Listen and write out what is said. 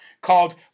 called